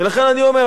ולכן אני אומר,